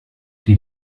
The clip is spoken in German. die